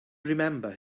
remember